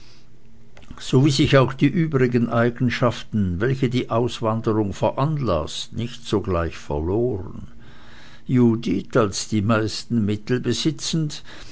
so wie sich auch die übrigen eigenschaften welche die auswanderung veranlaßt nicht sogleich verloren judith als die meisten mittel besitzend